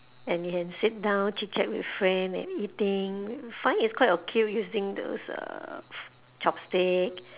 and you can sit down chit chat with friend and eating I find it's quite okay using those uh chopstick